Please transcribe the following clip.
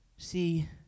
See